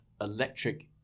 electric